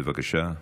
בבקשה.